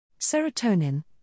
Serotonin